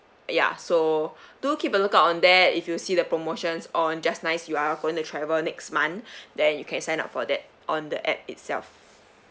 ya so do keep a look out on that if you see the promotions on just nice you are going to travel next month then you can sign up for that on the app itself